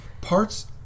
parts